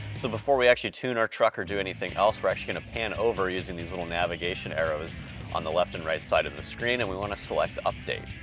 so before we actually tune our truck or do anything else, we're actually gonna pan over using these little navigation arrows on the left and right side of the screen, and we wanna select update.